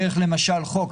דרך למשל חוק,